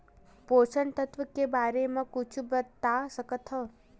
पोषक तत्व के बारे मा कुछु बता सकत हवय?